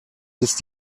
ist